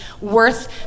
worth